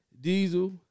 Diesel